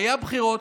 היו בחירות,